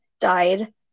died